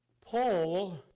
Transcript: Paul